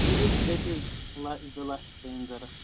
مےٚ حظ اوس رۄپیہِ لَچھ زٕ لَچھ تانم ضروٗرت